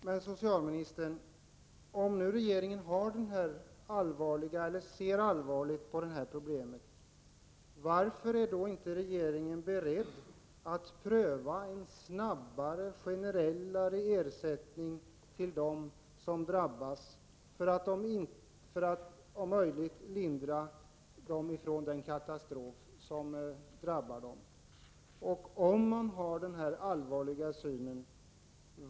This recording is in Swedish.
Herr talman! Om nu regeringen, socialministern, ser allvarligt på problemet, varför är inte regeringen då beredd att pröva en mer generell ersättning, som kan betalas ut snabbare till dem som drabbas, för att om möjligt lindra den katastrof som de råkar ut för?